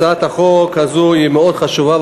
הצעת החוק הזאת היא מאוד חשובה,